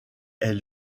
elle